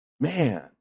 Man